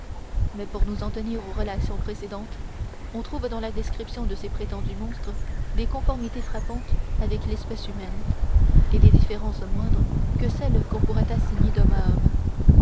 mais pour nous en tenir aux relations précédentes on trouve dans la description de ces prétendus monstres des conformités frappantes avec l'espèce humaine et des différences moindres que celles qu'on pourrait assigner